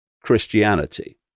Christianity